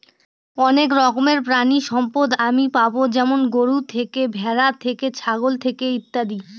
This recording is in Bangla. অনেক রকমের প্রানীসম্পদ আমি পাবো যেমন গরু থেকে, ভ্যাড়া থেকে, ছাগল থেকে ইত্যাদি